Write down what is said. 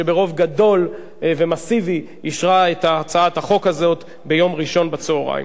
שברוב גדול ומסיבי אישרה את הצעת החוק הזאת ביום ראשון בצהריים.